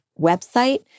website